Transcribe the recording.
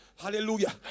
Hallelujah